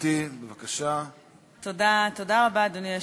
אדוני היושב-ראש.